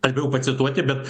aš bijau pacituoti bet